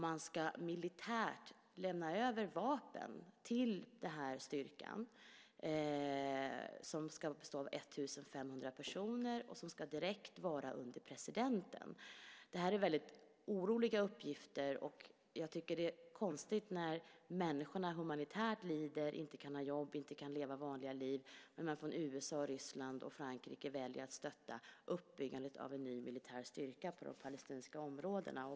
Man ska militärt lämna över vapen till den här styrkan, som ska bestå av 1 500 personer och som ska lyda direkt under presidenten. Det här är väldigt oroväckande uppgifter. Jag tycker att det är konstigt när människorna humanitärt lider - inte kan ha jobb, inte kan leva vanliga liv - att USA, Ryssland och Frankrike väljer att stötta uppbyggandet av en ny militär styrka på de palestinska områdena.